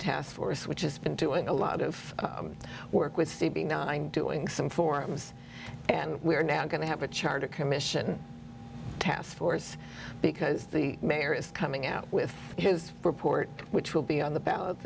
task force which has been doing a lot of work with c b nine doing some forums and we're now going to have a charter commission task force because the mayor is coming out with his report which will be on the ballot